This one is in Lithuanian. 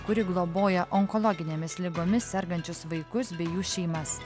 kuri globoja onkologinėmis ligomis sergančius vaikus bei jų šeimas